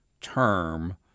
term